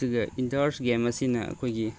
ꯑꯗꯨꯒ indoors games ꯑꯁꯤꯅ ꯑꯩꯈꯣꯏꯒꯤ